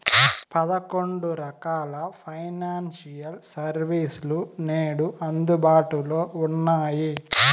పదకొండు రకాల financial service లు నేడు అందుబాటులో ఉన్నాయి